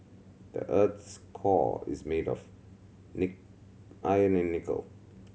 the earth's core is made of nick iron and nickel